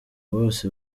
bose